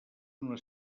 una